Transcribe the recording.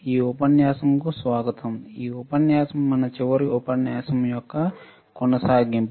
ఈ ఉపన్యాసంకు స్వాగతం ఈ ఉపన్యాసం మన చివరి ఉపన్యాసం యొక్క కొనసాగింపు